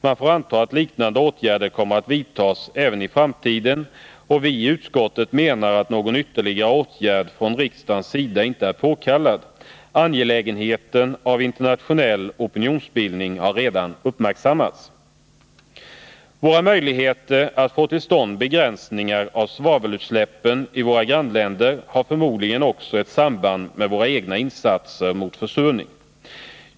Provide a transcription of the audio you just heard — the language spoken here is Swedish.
Man får anta att liknande åtgärder kommer att vidtas även i framtiden, och vi i utskottet menar att någon ytterligare åtgärd från riksdagens sida inte är påkallad. Angelägenheten av internationell opinionsbildning har redan uppmärksammats. Våra möjligheter att få till stånd begränsningar av svavelutsläppen i våra grannländer har förmodligen också ett samband med våra egna insatser mot försurning.